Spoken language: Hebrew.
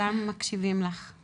כולם מקשיבים לך,